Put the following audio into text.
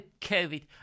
Covid